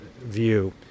view